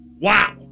Wow